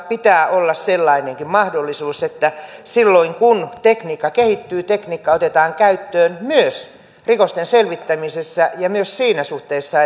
pitää olla sellainenkin mahdollisuus että silloin kun tekniikka kehittyy tekniikka otetaan käyttöön myös rikosten selvittämisessä ja myös siinä suhteessa